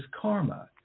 karma